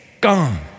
gone